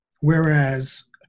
Whereas